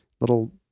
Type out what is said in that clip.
little